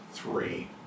Three